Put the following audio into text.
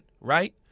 right